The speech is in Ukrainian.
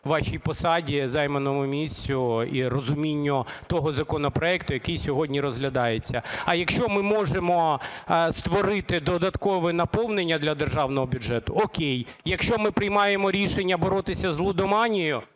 вашій посаді, займаному місцю і розумінню того законопроекту, який сьогодні розглядається. А якщо ми можемо створити додаткове наповнення для державного бюджету – окей, якщо ми приймаємо рішення боротися з лудоманією